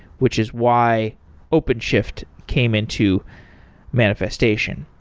which is why openshift came into manifestation.